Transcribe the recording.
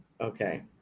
okay